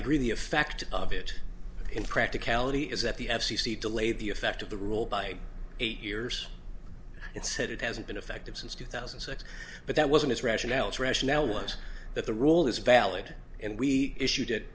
agree the effect of it in practicality is that the f c c delayed the effect of the rule by eight years it said it hasn't been effective since two thousand and six but that wasn't his rationale is rationale was that the rule is valid and we issue